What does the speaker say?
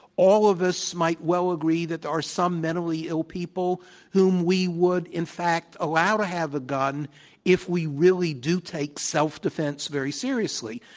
all of us might well agree that there are some mentally ill people whom we would, in fact, allow to have a gun if we really do take self-defense very seriously.